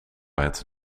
het